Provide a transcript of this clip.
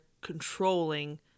controlling